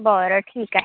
बरं ठीक आहे